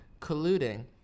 colluding